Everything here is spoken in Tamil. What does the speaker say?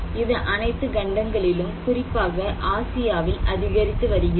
இது அனைத்து கண்டங்களிலும் குறிப்பாக ஆசியாவில் அதிகரித்து வருகிறது